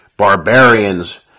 barbarians